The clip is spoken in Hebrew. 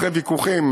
אחרי ויכוחים,